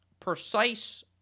precise